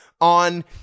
on